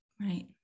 Right